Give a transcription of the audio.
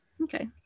okay